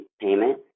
payment